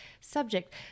subject